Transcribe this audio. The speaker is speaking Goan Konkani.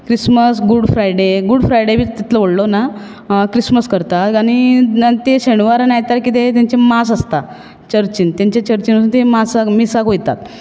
Christmas Good Friday Good Friday बीन तितलो व्हडलो ना क्रिस्मस करता आनी ते शेनवार आनी आयतार कितें तेंचें मास आसता चर्चींत तेंचे चर्चींत मासाक मिसाक वयतात